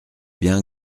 bien